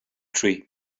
tree